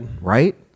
right